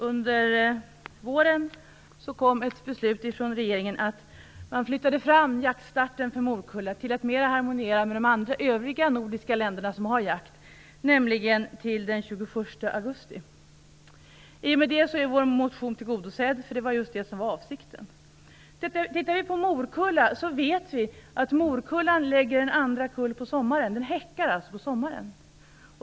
Under våren kom ett beslut från regeringen om att flytta fram jaktstarten för morkulla till att mer harmoniera med de övriga nordiska länder som har sådan jakt. Den flyttades fram till den 21 augusti. I och med det är vår motion tillgodosedd. Det var just det som var avsikten. När det gäller morkulla vet vi att den lägger en andra kull på sommaren. Den häckar alltså på sommaren.